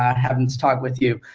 havin' this talk with you.